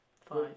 Five